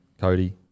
cody